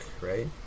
right